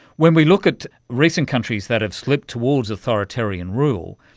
when we look at recent countries that have slipped towards authoritarian role,